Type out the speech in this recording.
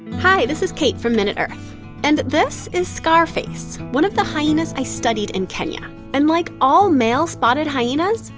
hi, this is kate from minuteearth. and this is scarface, one of the hyenas i studied in kenya and like all male spotted hyenas,